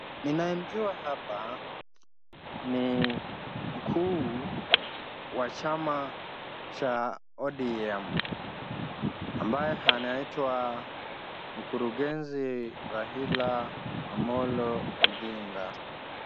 Ninayemjua hapa ni mkuu wa chama cha ODM, ambaye anaitwa mkurugenzi Raila Amolo Odinga.